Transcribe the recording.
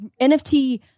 NFT